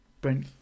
Brent